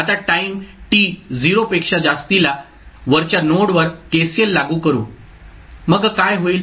आता time t 0 पेक्षा जास्ती ला वरच्या नोड वर KCL लागू करू मग काय होईल